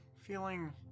feeling